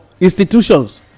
institutions